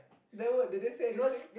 then what did they say anything